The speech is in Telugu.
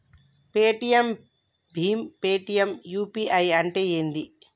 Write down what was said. పేటిఎమ్ భీమ్ పేటిఎమ్ యూ.పీ.ఐ అంటే ఏంది?